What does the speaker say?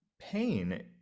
pain